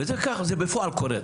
וזה ככה, זה בפועל קורה.